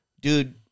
dude